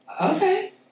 Okay